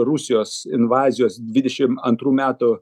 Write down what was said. rusijos invazijos dvidešimt antrų metų